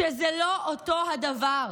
שזה לא אותו הדבר.